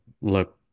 look